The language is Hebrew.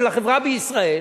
של החברה בישראל?